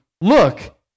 look